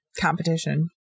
competition